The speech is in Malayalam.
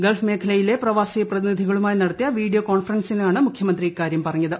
ഗൾഫ് മേഖലയിലെ പ്രവാസി പ്രതിനിധികളുമായി നടത്തിയ വീഡിയോ കോൺഫറൻസിംഗിലാണ് മുഖ്യമന്ത്രി ഇക്കാര്യം പറഞ്ഞത്